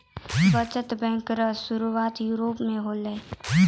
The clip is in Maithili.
बचत बैंक रो सुरुआत यूरोप मे होलै